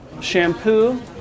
Shampoo